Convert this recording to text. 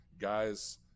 guys